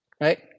Right